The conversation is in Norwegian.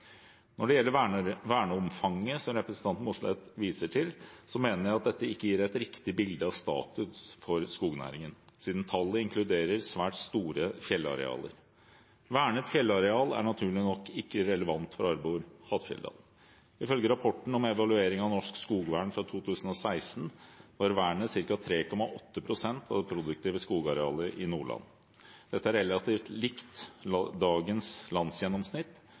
Når det gjelder verneomfanget som representanten Mossleth viser til, mener jeg at dette ikke gir et riktig bilde av status for skognæringen, siden tallet inkluderer svært store fjellarealer. Vernet fjellareal er naturlig nok ikke relevant for Arbor-Hattfjelldal. Ifølge rapporten om evaluering av norsk skogvern fra 2016 var vernet ca. 3,8 pst. av det produktive skogarealet i Nordland. Dette er relativt likt dagens landsgjennomsnitt